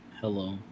Hello